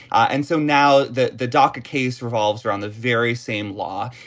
and so now the the doctor case revolves around the very same law.